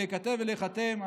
להיכתב ולהיחתם,